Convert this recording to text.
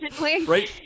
right